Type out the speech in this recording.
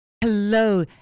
Hello